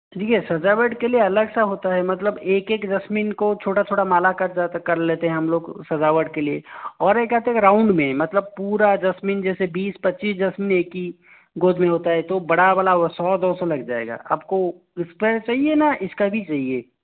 ठीक है सजावट के लिए अलग सा होता है मतलब एक एक जस्मिन को छोटा छोटा माला कट जाता कर लेतें हम लोग सजावट के लिए और ये कहते हैं कि राउंड में मतलब पूरा जस्मिन जैसे बीस पच्चीस जस्मिन एक ही गोद में होता है तो बड़ा वाला वो सौ दो सौ लग जाएगा आप को इस पे चाहिए ना इसका भी चाहिए